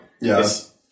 Yes